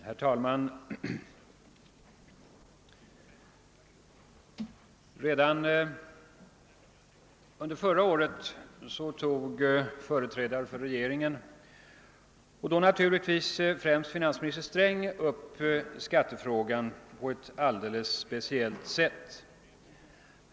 Herr talman! Redan under förra året tog företrädare för regeringen och då naturligtvis främst finansminister Sträng upp skattefrågan på ett alldeles speciellt sätt.